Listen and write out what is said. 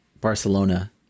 barcelona